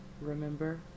Remember